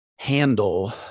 Handle